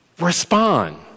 respond